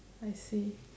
I see